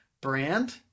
brand